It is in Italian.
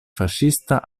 fascista